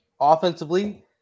Offensively